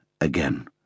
again